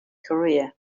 career